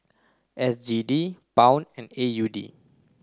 S G D Pound and A U D